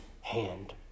hand